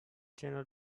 jena